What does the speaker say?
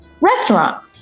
restaurant